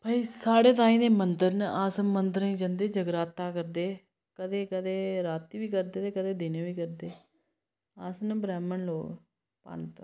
भई साढ़े ताहीं ते मन्दिर न अस मंदरे ई जन्दे जगराता करदे कदें कदें राती बी करदे ते कदें दिनें बी करदे अस न ब्राह्मण लोग पंत